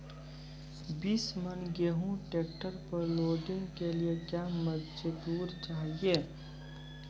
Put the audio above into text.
बीस मन गेहूँ ट्रैक्टर पर लोडिंग के लिए क्या मजदूर चाहिए?